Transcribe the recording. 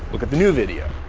look at the new video.